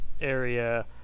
area